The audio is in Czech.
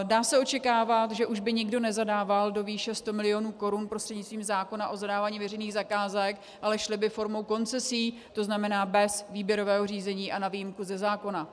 Dá se očekávat, že už by nikdo nezadával do výše 100 milionů korun prostřednictvím zákona o zadávání veřejných zakázek, ale šli by formou koncesí, tzn. bez výběrového řízení a na výjimku ze zákona.